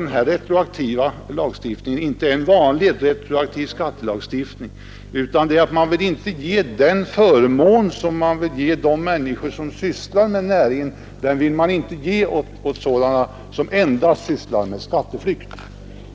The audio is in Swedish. Denna retroaktiva skattelagstiftning är därför inte en vanlig lag utan syftar enbart till att förhindra att personer som ägnar sig åt skatteflykt kan komma i åtnjutande av en förmån som man vill ge de människor som bedriver verksamhet